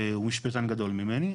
הוא אשפזן גדול ממני.